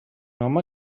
home